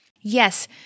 Yes